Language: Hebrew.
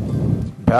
נתקבלה.